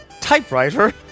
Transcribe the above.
typewriter